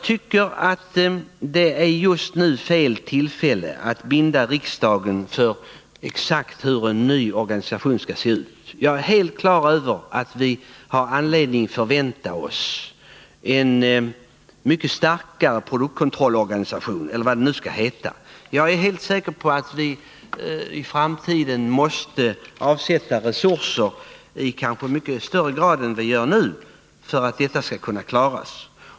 Det är enligt min mening just nu fel tillfälle att binda riksdagen för hur en ny organisation exakt skall se ut. Jag är helt på det klara med att vi har anledning förvänta oss en mycket starkare produktkontrollorganisation, eller vad det nu skall heta. Jag är också helt säker på att vi i framtiden måste avsätta resurser i mycket högre grad än vi nu gör för att kontrollarbetet skall kunna klaras.